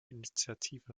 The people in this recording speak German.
initiative